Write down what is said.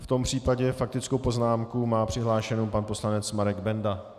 V tom případě faktickou poznámku má přihlášenu pan poslanec Marek Benda.